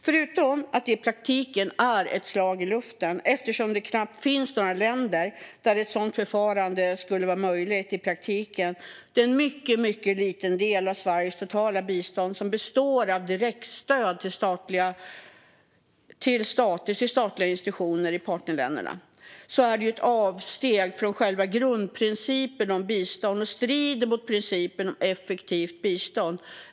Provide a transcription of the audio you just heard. Förutom att detta i praktiken är ett slag i luften eftersom det knappt finns några länder där ett sådant förfarande skulle vara möjligt - det är endast en mycket liten del av Sveriges totala bistånd som består av direktstöd till statliga institutioner i partnerländerna - är det ett avsteg från själva grundprincipen om bistånd. Det strider mot principen om effektivt bistånd.